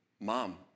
Mom